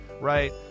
right